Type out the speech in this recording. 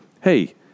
hey